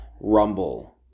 Rumble